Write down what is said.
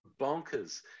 bonkers